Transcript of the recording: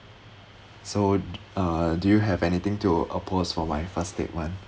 so uh do you have anything to oppose for my first statement